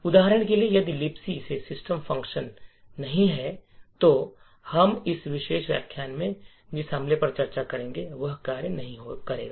उदाहरण के लिए यदि लिबक में सिस्टम फ़ंक्शन नहीं है तो हम इस विशेष व्याख्यान में जिस हमले पर चर्चा करेंगे वह कार्य नहीं करेगा